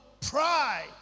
pride